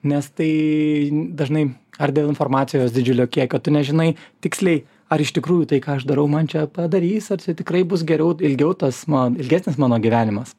nes tai dažnai ar dėl informacijos didžiulio kiekio tu nežinai tiksliai ar iš tikrųjų tai ką aš darau man čia padarys ar tikrai bus geriau ilgiau tas mano ilgesnis mano gyvenimas